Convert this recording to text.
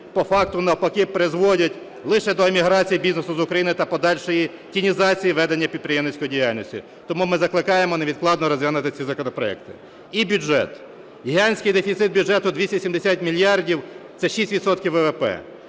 по факту навпаки призводять лише до еміграції бізнесу з Україні та подальшої тінізації ведення підприємницької діяльності. Тому ми закликаємо невідкладно розглянути ці законопроекти. І бюджет. Гігантський дефіцит бюджету в 270 мільярдів, це 6